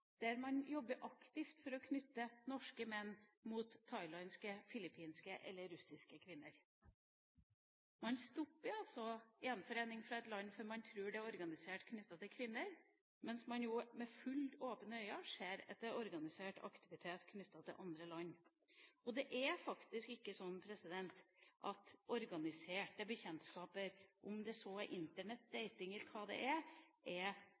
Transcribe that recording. der man jobber aktivt for å knytte norske menn mot thailandske, filippinske eller russiske kvinner. Man stopper altså gjenforening fra et land fordi man tror det er organisert når det gjelder kvinner, mens man med fullt åpne øyne ser at det er organisert aktivitet fra andre land når det gjelder menn. Det er faktisk ikke sånn at kjærlighet i organiserte bekjentskaper, om det så er Internett-dating eller hva det er, er